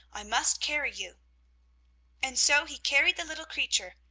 i must carry you and so he carried the little creature,